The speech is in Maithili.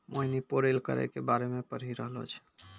मोहिनी पेरोल करो के बारे मे पढ़ि रहलो छलै